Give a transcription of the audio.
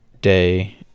day